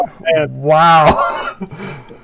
wow